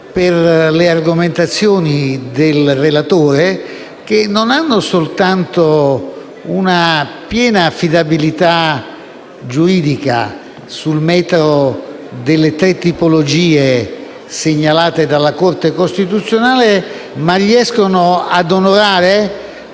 per le argomentazioni del relatore, che non solo hanno una piena affidabilità giuridica sul metro delle tre tipologie segnalate dalla Corte costituzionale, ma riescono anche a onorare